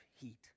heat